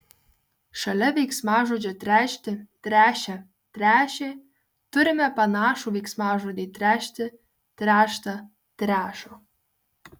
šalia veiksmažodžio tręšti tręšia tręšė turime panašų veiksmažodį trešti tręšta trešo